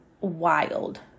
wild